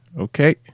Okay